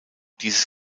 dieses